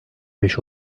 beş